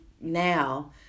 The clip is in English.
now